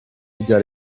rya